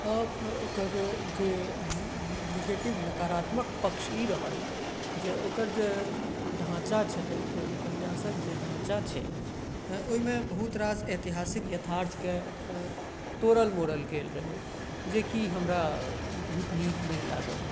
ओकर जे निगेटिव नकारात्मक पक्ष ई रहल जे ओकर जे ढाँचा छलै ओहि उपन्यास के जे ढाँचा छै ओहिमे बहुत रास एतिहासिक यथार्थ के तोड़ल मोड़ल गेल रहै जे की हमरा बहुत नीक नहि लागल